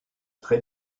très